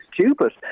stupid